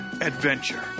adventure